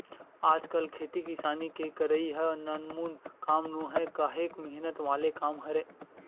आजकल खेती किसानी के करई ह नानमुन काम नोहय काहेक मेहनत वाले काम हरय